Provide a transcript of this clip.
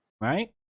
right